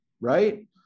right